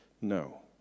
No